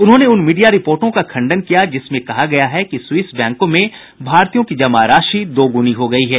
उन्होंने उन मीडिया रिपोर्टो का खंडन किया जिसमें कहा गया है कि स्विस बैंकों में भारतीयों की जमा राशि दोगुनी हो गयी है